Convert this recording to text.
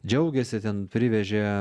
džiaugėsi ten privežė